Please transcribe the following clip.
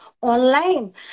online